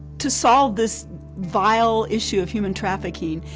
to solve this vile issue of human trafficking,